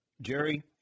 Jerry